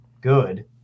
good